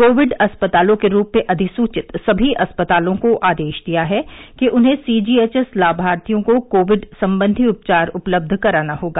Covid अस्पतालों के रूप में अधिसूचित सभी अस्पतालों को आदेश दिया है कि उन्हें सीजीएचएस लामार्थियों को कोविड संबंधी उपचार उपलब्ध कराना होगा